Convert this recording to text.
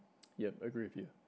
yeah agree with you